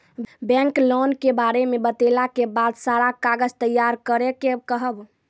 Bank loan के बारे मे बतेला के बाद सारा कागज तैयार करे के कहब?